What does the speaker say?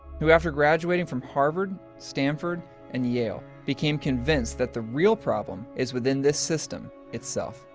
who after graduating from harvard, stanford and yale, became convinced that the real problem is within this system itself.